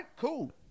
cool